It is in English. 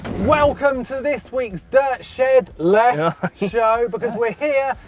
welcome to this week's dirt shed-less like show. because we're here,